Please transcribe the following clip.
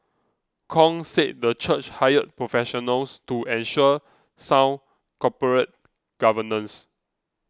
Kong said the church hired professionals to ensure sound corporate governance